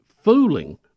Fooling